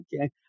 okay